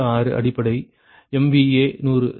அடிப்படை MVA 100 சரியா